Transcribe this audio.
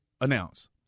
announce